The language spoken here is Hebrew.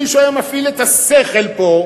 אם מישהו היה מפעיל את השכל פה,